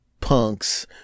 punks